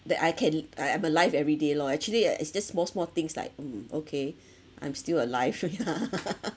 that I can I~ I'm alive everyday lor actually ah it's just small small things like mm okay I'm still alive yeah